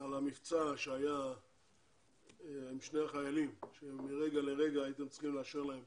על המבצע שהיה עם שני החיילים שמהרגע להרגע הייתם צריכים לאשר להם